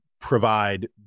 provide